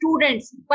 Students